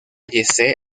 jesse